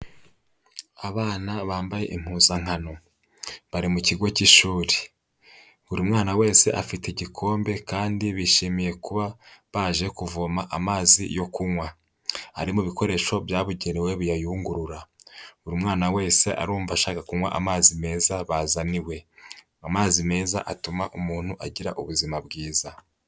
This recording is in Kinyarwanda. Abana bambaye impuzankano, bari mu kigo cy'ishuri, buri mwana wese afite igikombe kandi bishimiye kuba baje kuvoma amazi yo kunywa, harimo ibikoresho byabugenewe biyayungurura, buri mwana wese arumva ashaka kunywa amazi meza bazaniwe, amazi meza atuma umuntu agira ubuzima bwiza.